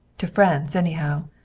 to france, anyhow.